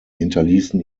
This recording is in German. hinterließen